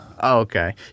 Okay